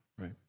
Right